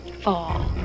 fall